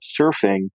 surfing